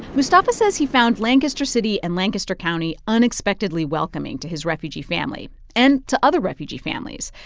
mustafa says he found lancaster city and lancaster county unexpectedly welcoming to his refugee family and to other refugee families.